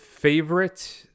favorite